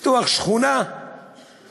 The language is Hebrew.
לפתוח שכונה או